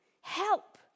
help